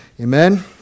Amen